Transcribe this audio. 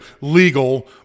legal